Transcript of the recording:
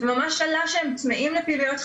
ממש עלה שהם צמאים לפעילויות חברתיות,